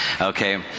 Okay